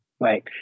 right